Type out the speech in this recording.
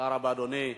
תודה רבה, אדוני.